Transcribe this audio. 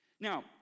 Now